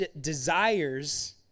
Desires